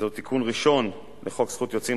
זה תיקון ראשון לחוק זכות יוצרים,